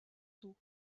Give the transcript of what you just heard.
tôt